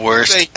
Worst